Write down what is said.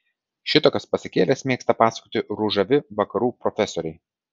šitokias pasakėles mėgsta pasakoti ružavi vakarų profesoriai